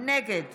נגד